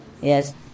Yes